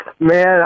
Man